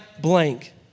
blank